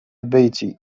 بيتي